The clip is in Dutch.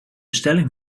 stelling